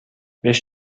беш